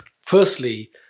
firstly